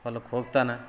ಹೊಲಕ್ಕೆ ಹೋಗ್ತಾನೆ